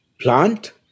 plant